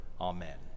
Amen